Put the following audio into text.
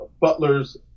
Butler's